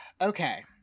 Okay